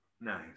Nice